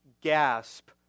gasp